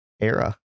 era